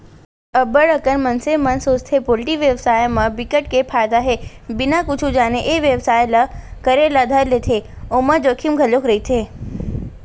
अब्ब्ड़ अकन मनसे मन सोचथे पोल्टी बेवसाय म बिकट के फायदा हे बिना कुछु जाने ए बेवसाय ल करे ल धर लेथे ओमा जोखिम घलोक रहिथे